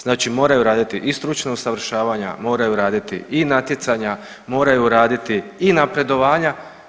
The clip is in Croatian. Znači moraju raditi i stručna usavršavanja, moraju raditi i natjecanja, moraju raditi i napredovanja.